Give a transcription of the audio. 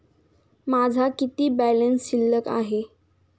माझा किती बॅलन्स शिल्लक आहे?